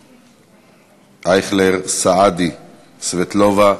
אייכלר, סעדי, סבטלובה.